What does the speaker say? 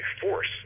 force